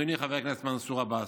אדוני חבר הכנסת מנסור עבאס.